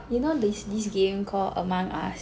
you know there's this game called Among Us